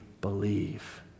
believe